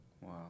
Wow